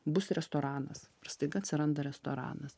bus restoranas ir staiga atsiranda restoranas